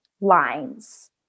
lines